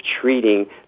treating